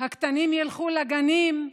הקטנים ילכו לגנים,